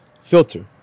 filter